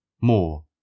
More